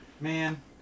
man